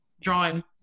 drawing